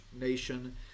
nation